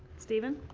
steven?